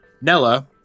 Nella